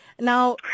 now